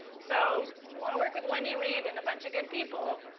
so, if you want to work with wendy reid and a bunch of good people,